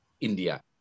India